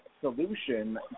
solution